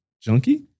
Junkie